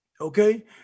Okay